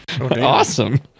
Awesome